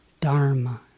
dharma